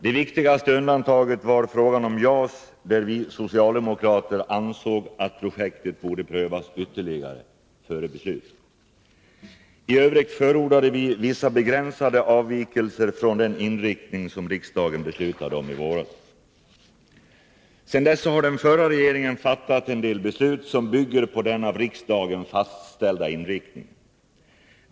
Det viktigaste undantaget var frågan om JAS, där vi socialdemokrater ansåg att projektet borde prövas ytterligare före beslut. I övrigt förordade vi vissa begränsade avvikelser från den inriktning som riksdagen beslutade om i våras. Sedan dess har den förra regeringen fattat en del beslut som bygger på den av riksdagen fastställda inriktningen.